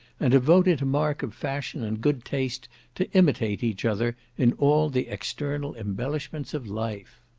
and to vote it a mark of fashion and good taste to imitate each other in all the external embellishments of life.